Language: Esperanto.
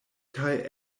kaj